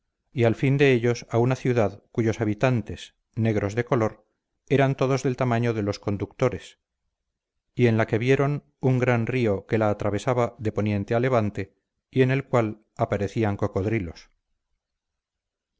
y al fin de ellos a una ciudad cuyos habitantes negros de color eran todos del tamaño de los conductores y en la que vieron un gran río que la atravesaba de poniente a levante y en el cual aparecían cocodrilos